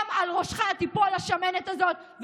גם על ראשך תיפול השמנת הזאת,